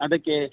ಅದಕ್ಕೇ